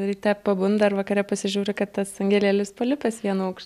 ryte pabunda ir vakare pasižiūri kad tas angelėlis palipęs vienu aukštu